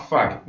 Fuck